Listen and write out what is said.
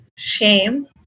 Shame